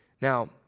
Now